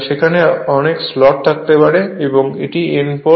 সেখানে অনেক স্লট থাকতে পারে এবং এটি N পোল